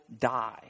die